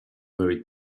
very